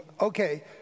Okay